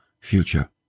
future